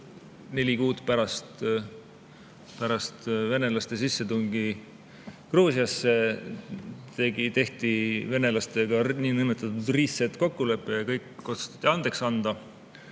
neli kuud pärast venelaste sissetungi Gruusiasse tehti venelastega niinimetatudreset-kokkulepe ja kõik otsustati andeks anda.